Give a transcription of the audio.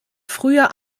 früher